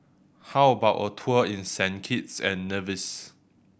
how about a tour in Saint Kitts and Nevis